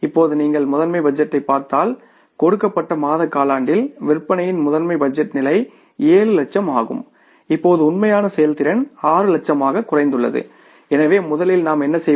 இப்போது நீங்கள் மாஸ்டர் பட்ஜெட்டைப் பார்த்தால் கொடுக்கப்பட்ட மாத காலாண்டில் விற்பனையின் மாஸ்டர் பட்ஜெட் நிலை 7 லட்சம் ஆகும் இப்போது உண்மையான செயல்திறன் 6 லட்சமாக குறைந்துள்ளது எனவே முதலில் நாம் என்ன செய்வோம்